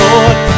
Lord